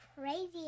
crazy